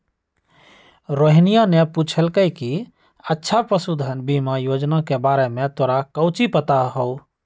रोहिनीया ने पूछल कई कि अच्छा पशुधन बीमा योजना के बारे में तोरा काउची पता हाउ?